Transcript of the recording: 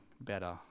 better